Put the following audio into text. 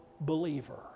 believer